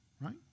right